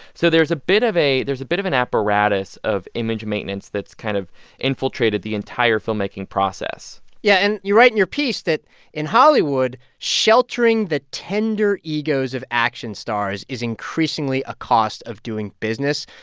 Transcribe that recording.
so there's a bit of a there's a bit of an apparatus of image maintenance that's kind of infiltrated the entire filmmaking process yeah. and you write in your piece that in hollywood, sheltering the tender egos of action stars is increasingly a cost of doing business.